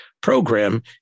program